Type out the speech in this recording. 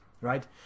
right